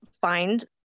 find